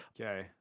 okay